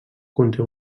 conté